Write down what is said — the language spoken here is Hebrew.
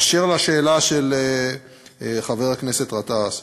אשר לשאלה של חבר הכנסת גטאס,